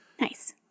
Nice